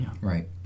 Right